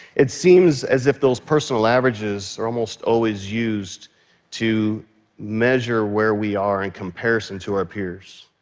it seems as if those personal averages are almost always used to measure where we are in comparison to our peers.